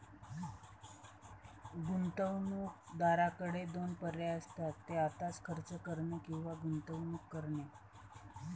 गुंतवणूकदाराकडे दोन पर्याय असतात, ते आत्ताच खर्च करणे किंवा गुंतवणूक करणे